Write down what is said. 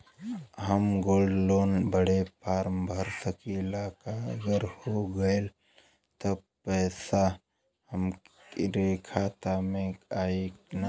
हम gold loan बड़े form भर सकी ला का अगर हो गैल त पेसवा हमरे खतवा में आई ना?